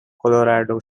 colorado